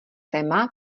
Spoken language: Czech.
téma